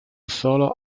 solo